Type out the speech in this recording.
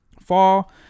fall